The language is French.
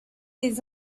des